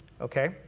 Okay